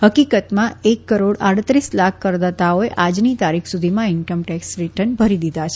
હકિકતમાં એક કરોડ આડત્રીસ લાખ કરદાતાઓએ આ ની તારીખ સુધીમાં ઈન્કમટેક્ષ રીટર્ન ભરી દીધા છે